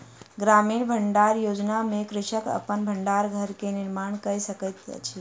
ग्रामीण भण्डारण योजना में कृषक अपन भण्डार घर के निर्माण कय सकैत अछि